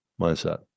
mindset